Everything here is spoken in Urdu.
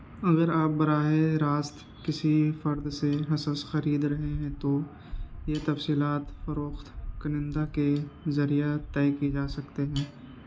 اگر آپ براہ راست کسی فرد سے حصص خرید رہے ہیں تو یہ تفصیلات فروخت کنندہ کے ذریعہ طے کی جا سکتے ہیں